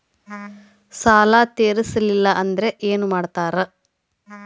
ಸಾಲ ತೇರಿಸಲಿಲ್ಲ ಅಂದ್ರೆ ಏನು ಮಾಡ್ತಾರಾ?